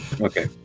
Okay